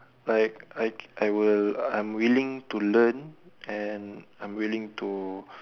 like I I will I'm willing to learn and I'm willing to